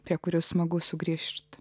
prie kurių smagu sugrįžti